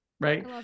right